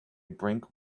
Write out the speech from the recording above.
brink